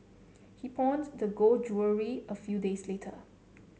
he pawned the gold jewellery a few days later